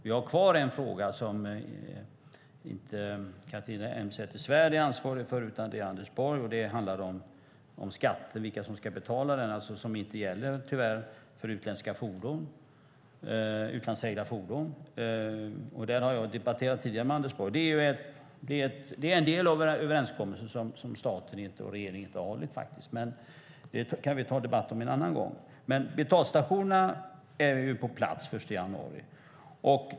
Vi har kvar en fråga som inte Catharina Elmsäter-Svärd är ansvarig för utan Anders Borg, och det handlar om skatter. Vilka är det som ska betala trängselskatten? Den gäller tyvärr inte för utlandsägda fordon, och detta har jag debatterat om tidigare med Anders Borg. Detta är en del av överenskommelsen som staten och regeringen inte har hållit, men det kan vi ta debatt om en annan gång. Betalstationerna är alltså på plats den 1 januari.